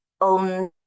own